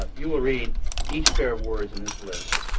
you will read each pair of words in this list,